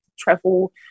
travel